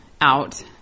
out